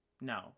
no